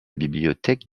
bibliothèque